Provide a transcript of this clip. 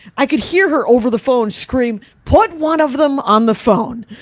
i could hear her over the phone screaming, put one of them on the phone!